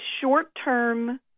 short-term